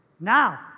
Now